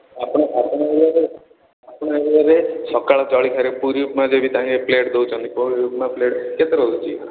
ଆପଣ ଆପଣଙ୍କ ଏରିଆରେ ଆପଣଙ୍କ ଏରିଆରେ ସକାଳ ଜଳଖିଆରେ ପୁରି ଉପମା ଦେବି ତାହେ ପ୍ଲେଟ ଦେଉଛନ୍ତି ପୁରି ଉପମା ପ୍ଲେଟ କେତେ ରହୁଛି